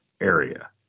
area